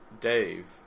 Dave